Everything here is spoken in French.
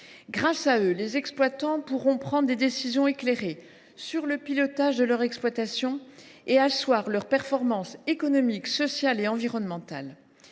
diagnostics, les exploitants pourront prendre des décisions éclairées sur le pilotage de leur exploitation et asseoir leur performance économique, sociale et environnementale.